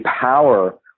power